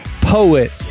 poet